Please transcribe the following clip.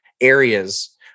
areas